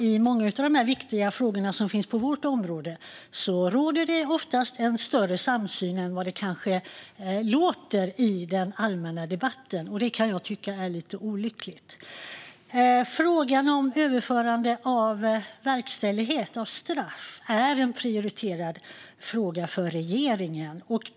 I många av de viktiga frågorna på vårt område råder det oftast större samsyn än det kanske låter som i den allmänna debatten. Det kan jag tycka är lite olyckligt. Frågan om överföring av verkställighet av straff är prioriterad för regeringen.